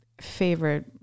Favorite